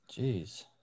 Jeez